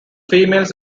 females